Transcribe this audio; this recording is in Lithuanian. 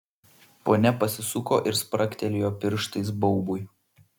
ponia pasisuko ir spragtelėjo pirštais baubui